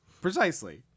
Precisely